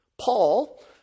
Paul